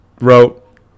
wrote